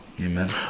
Amen